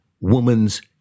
woman's